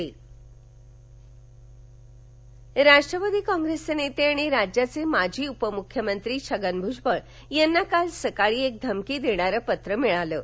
भजवळ धमकीपत्र राष्ट्रवादी काँप्रेसचे नेते आणि राज्याचे माजी उपमुख्यमंत्री छगन भुजबळ यांना काल सकाळी एक धमकी देणारे पत्र मिळाले आहे